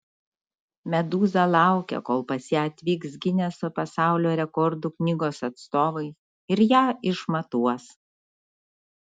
medūza laukia kol pas ją atvyks gineso pasaulio rekordų knygos atstovai ir ją išmatuos